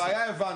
את הבעיה הבנתי,